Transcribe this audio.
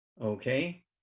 Okay